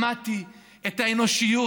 שמעתי את האנושיות.